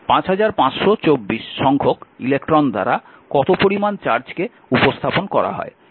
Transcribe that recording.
5524 সংখ্যক ইলেকট্রন দ্বারা কত পরিমান চার্জকে উপস্থাপন করা হয়